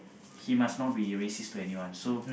he must not be racist to anyone so